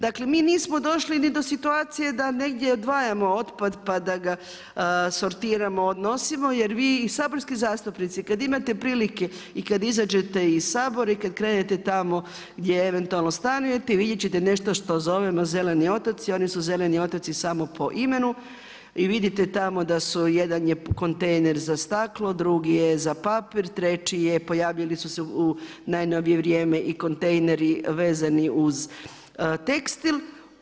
Dakle mi nismo došli ni do situacije da negdje odvajamo otpad pa da ga sortiramo, odnosimo jer vi i saborski zastupnici kada imate prilike i kada izađete iz Sabora i kada krenete tamo gdje eventualno stanujete i vidjeti ćete nešto što zovemo zeleni otoci, oni su zeleni otoci samo po imenu i vidite tamo da su, jedan je kontejner za staklo, drugi je za papir, treći je, pojavili su se u najnovije vrijeme i kontejneri vezani uz tekstil.